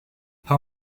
how